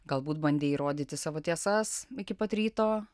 galbūt bandei įrodyti savo tiesas iki pat ryto